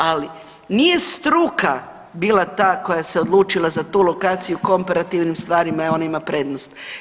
Ali, nije struka bila ta koja se odlučila za tu lokaciju, komparativnim stvarima, ona ima prednost.